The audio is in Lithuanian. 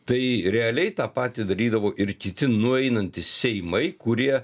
tai realiai tą patį darydavo ir kiti nueinantys seimai kurie